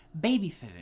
babysitting